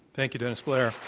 thank you, dennis blair.